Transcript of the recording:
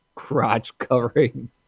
Crotch-covering